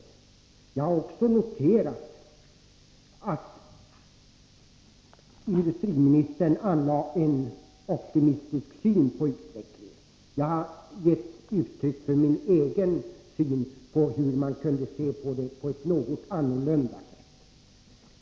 Jag har också konstaterat att industriministern anlagt en optimistisk syn på utvecklingen. För egen del har jag angivit att man även kan se saken på ett något annorlunda sätt.